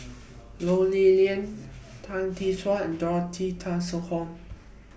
Ho Lee Ling Tan Tee Suan and Dorothy Tessensohn